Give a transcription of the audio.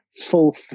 full